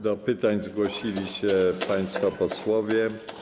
Do pytań zgłosili się państwo posłowie.